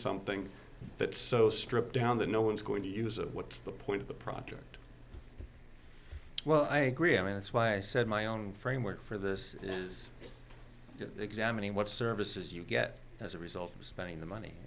something that so stripped down that no one's going to use of what's the point of the project well i agree i mean that's why i said my own framework for this is examining what services you get as a result of spending the money